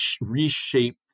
reshape